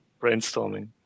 brainstorming